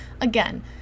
again